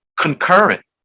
concurrent